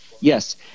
Yes